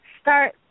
start